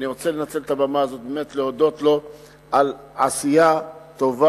אני רוצה לנצל את הבמה הזאת להודות לו על עשייה טובה,